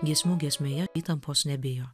giesmių giesmėje įtampos nebijo